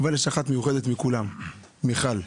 אבל יש אחת מיוחדת מכולם מיכל.